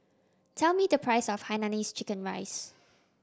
tell me the price of hainanese chicken rice